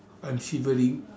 I'm shivering